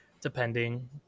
depending